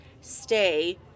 stay